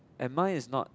and mine is not